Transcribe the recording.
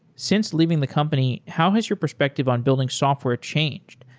since leaving the company, how has your perspective on building software changed?